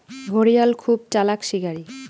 ঘড়িয়াল খুব চালাক শিকারী